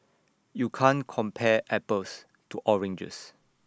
you can't compare apples to oranges